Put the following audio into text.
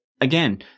again